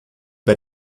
bei